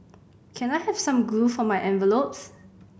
can I have some glue for my envelopes